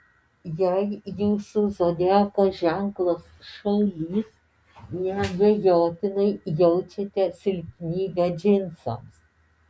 jei jūsų zodiako ženklas šaulys neabejotinai jaučiate silpnybę džinsams